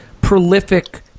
prolific